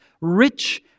rich